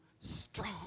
strong